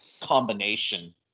combination